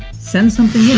send something